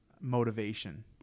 motivation